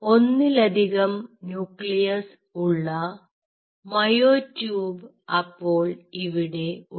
ഒന്നിലധികം ന്യൂക്ലിയസ് ഉള്ള myotube അപ്പോൾ ഇവിടെയുണ്ട്